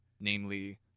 namely